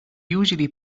usually